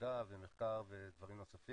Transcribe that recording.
עבודה ומחקר ודברים נוספים.